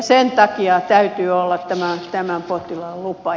sen takia täytyy olla tämän potilaan lupa